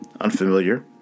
unfamiliar